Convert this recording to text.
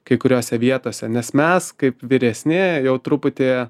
kai kuriose vietose nes mes kaip vyresnieji jau truputį